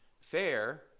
Fair